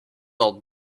odd